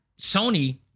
sony